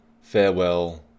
farewell